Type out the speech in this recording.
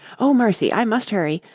oh, mercy! i must hurry.